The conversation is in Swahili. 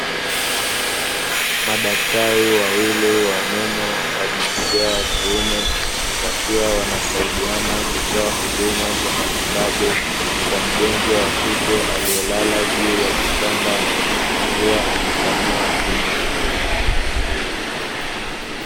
Madaktari wawili wa meno wa jinsia ya kiume wakiwa wanasaidiana kutoa huduma za matibabu kwa mgonjwa wa kike aliyelala juu ya kitanda akiwa amepanua kinywa.